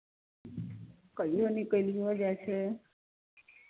कहिओ निकलिओ जाइ छै